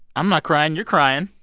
i'm not crying. you're crying